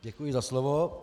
Děkuji za slovo.